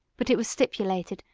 but it was stipulated,